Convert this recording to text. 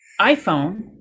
iPhone